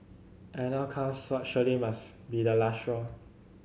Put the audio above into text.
and now comes what surely must be the last straw